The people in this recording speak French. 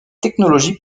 technologie